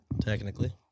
Technically